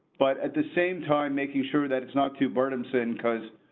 but at the same time, making sure that it's not too burdens. and because. ah,